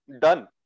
done